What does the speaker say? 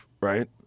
right